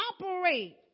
operate